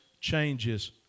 changes